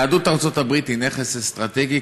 יהדות ארצות הברית היא נכס אסטרטגי,